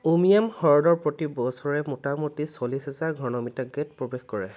উমিয়াম হ্ৰদত প্ৰতি বছৰে মোটামুটি চল্লিছ হাজাৰ ঘনমিটাৰ গেদ প্ৰৱেশ কৰে